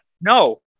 no